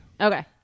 Okay